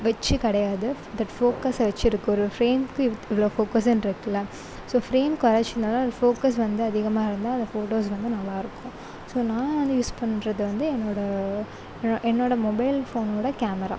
வச்சு கிடையாது தட் ஃபோக்கஸை வச்சு இருக்கு ஒரு ஃப்ரேமுக்கு இவ்வளோ ஃபோகஸ்னு இருக்குல்ல ஸோ ஃப்ரேம் கொறைச்சி இருந்தாலும் அதில் ஃபோக்கஸ் வந்து அதிகமாக இருந்தால் அந்த ஃபோட்டோஸ் வந்து நல்லா இருக்கும் ஸோ நான் வந்து யூஸ் பண்ணுறது வந்து என்னோட என்னோட மொபைல் ஃபோனோட கேமரா